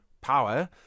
power